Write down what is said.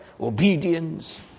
obedience